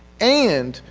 and,